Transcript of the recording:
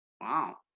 Wow